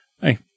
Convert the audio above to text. Hey